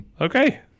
okay